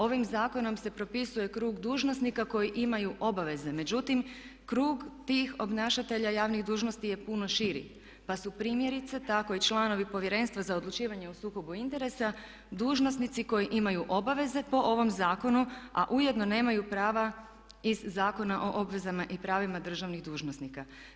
Ovim zakonom se propisuje krug dužnosnika koji imaju obveze, međutim krug tih obnašatelja javnih dužnosti je puno širi pa su primjerice tako i članovi Povjerenstva za odlučivanje o sukobu interesa dužnosnici koji imaju obaveze po ovom zakonu a ujedno nemaju prava iz Zakona o obvezama i pravima državnih dužnosnika.